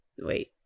Wait